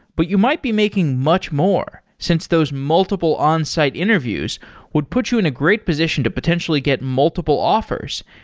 but you might be making much more since those multiple onsite interviews would put you in a great position to potentially get multiple offers,